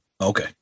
Okay